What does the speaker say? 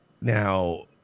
now